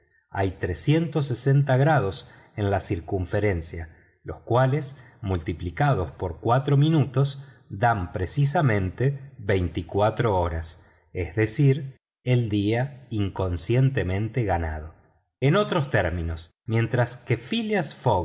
hay grados en la circunferencia los cuales multiplicados por cuatro minutos dan precisamente veinticuatro horas es decir el día inconscientemente ganado en otros términos mientras que phileas